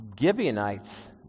Gibeonites